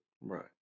Right